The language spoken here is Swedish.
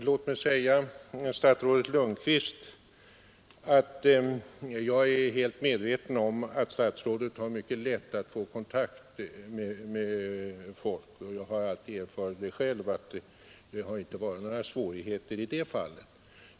Herr talman! Jag är helt medveten om att statsrådet har mycket lätt för att få kontakt med folk — jag har alltid erfarit detta själv; det har aldrig varit några svårigheter i det fallet.